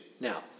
Now